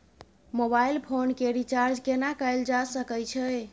Mobile phone के recharge केना कैल जा सकै छै?